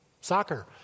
soccer